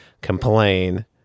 complain